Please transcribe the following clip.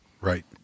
Right